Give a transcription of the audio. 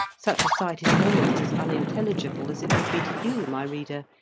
such a sight is almost as unintelligible as it would be to you, my reader,